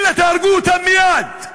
אלא תהרגו אותם מייד,